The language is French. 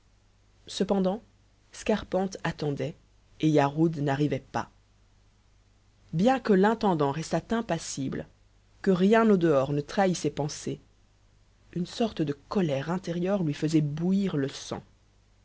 cependant scarpante attendait et yarhud n'arrivait pas bien que l'intendant restât impassible que rien au dehors ne trahît ses pensées une sorte de colère intérieure lui faisait bouillir le sang